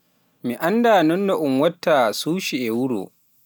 mi annda noono un watta Sushi e wuro.